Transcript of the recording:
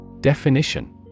Definition